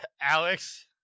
Alex